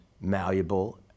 malleable